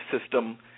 system